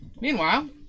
Meanwhile